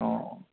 हँ